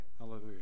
Hallelujah